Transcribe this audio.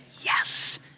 yes